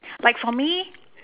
like for me